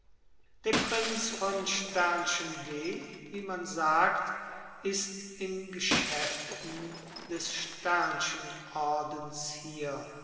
der prinz von d wie man sagt ist in geschäften des ordens hier